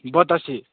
बतासे